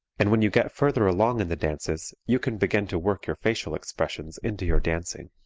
and when you get further along in the dances you can begin to work your facial expressions into your dancing.